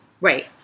Right